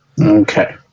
Okay